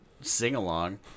sing-along